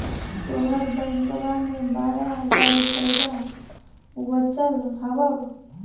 तोहर बैंकवा मे बारह हज़ार रूपयवा वचल हवब